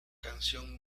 canción